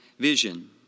vision